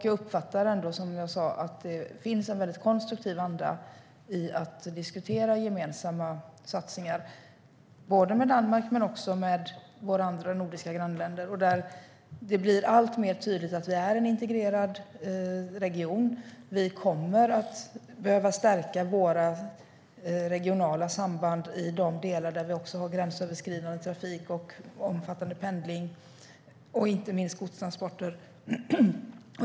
Jag uppfattar att det finns en konstruktiv anda för att diskutera gemensamma satsningar både med Danmark och med våra andra nordiska grannländer. Det blir alltmer tydligt att vi är en integrerad region. Vi kommer att behöva stärka våra regionala samband i de delar där vi har gränsöverskridande trafik och omfattande pendling samt inte minst godstransporter.